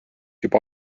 juba